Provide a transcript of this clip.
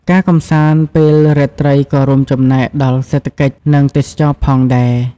ការកម្សាន្តពេលរាត្រីក៏រួមចំណែកដល់ សេដ្ឋកិច្ច និង ទេសចរណ៍ ផងដែរ ។